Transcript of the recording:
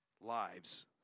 lives